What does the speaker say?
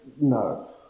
no